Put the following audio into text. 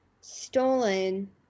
stolen